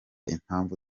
impamvu